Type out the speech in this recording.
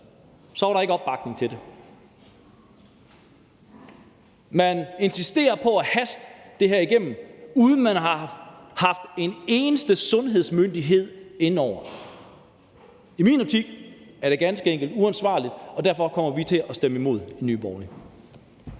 var der ikke opbakning til det. Man insisterer på at haste det her igennem, uden at man har haft en eneste sundhedsmyndighed inde over. I min optik er det ganske enkelt uansvarligt, og derfor kommer vi til at stemme imod i Nye Borgerlige.